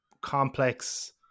complex